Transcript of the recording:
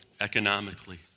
economically